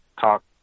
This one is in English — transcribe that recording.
talk